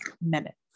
minutes